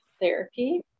therapy